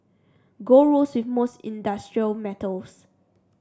gold rose with most industrial metals